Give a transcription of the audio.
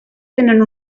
tenen